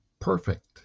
perfect